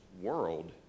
world